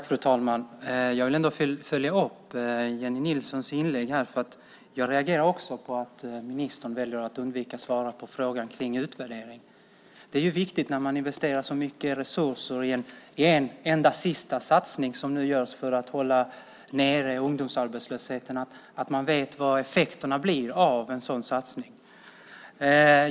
Fru talman! Jag vill ändå följa upp Jennie Nilssons inlägg, för jag reagerar också på att ministern väljer att undvika att svara på frågan om utvärdering. Det är ju viktigt, när man investerar så mycket resurser i en enda sista satsning som nu görs för att hålla nere ungdomsarbetslösheten, att man vet vad effekterna blir av en sådan satsning.